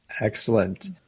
Excellent